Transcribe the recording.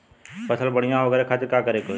फसल बढ़ियां हो ओकरे खातिर का करे के होई?